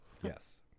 Yes